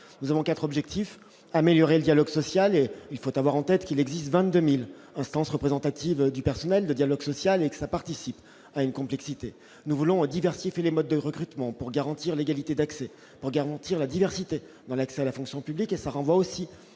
nous avons 4 objectifs : améliorer le dialogue social et il faut avoir en tête qu'il existe 22000 instances représentatives du personnel, de dialogue social et que ça participe à une complexité nous voulons diversifier les modes de recrutement pour garantir l'égalité d'accès pour garantir la diversité dans l'accès à la fonction publique et ça renvoie aussi